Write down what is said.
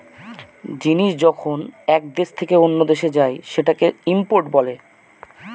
জিনিস যখন এক দেশ থেকে অন্য দেশে যায় সেটাকে ইম্পোর্ট বলে